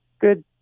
good